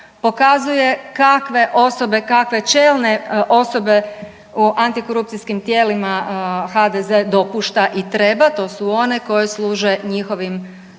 osobe, kakve čelne osobe u antikorupcijskim tijelima HDZ dopušta i treba, to su one koje služe njihovim interesima.